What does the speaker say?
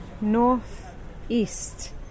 north-east